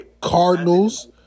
Cardinals